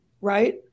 right